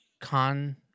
Con